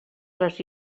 les